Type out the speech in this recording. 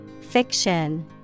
Fiction